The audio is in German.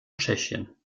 tschechien